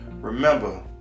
Remember